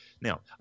Now